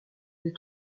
des